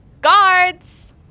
Guards